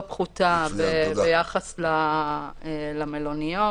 פחותה ביחס למלוניות,